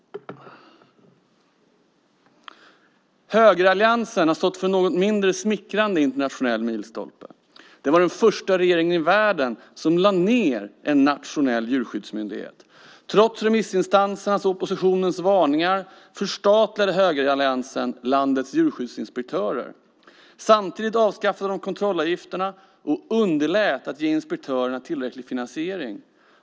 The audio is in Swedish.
Högeralliansen har stått för en något mindre smickrande internationell milstolpe. Det var den första regeringen i världen som lade ned en nationell djurskyddsmyndighet. Trots remissinstansernas och oppositionens varningar förstatligade högeralliansen landets djurskyddsinspektörer. Samtidigt avskaffade den kontrollavgifterna och underlät att ge inspektörerna tillräcklig finansiering.